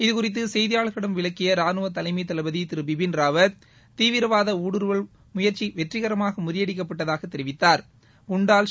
இதுகுறித்துசெய்தியாளர்களிடம் விளக்கியராணுவதலைமைதளபதிதிருபிபின் ராவத் தீவிரவாதஊடுருவல் முயற்சிவெற்றிகரமாகமுறியடிக்கப்பட்டதாகதெரிவித்தாா்